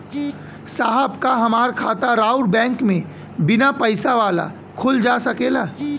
साहब का हमार खाता राऊर बैंक में बीना पैसा वाला खुल जा सकेला?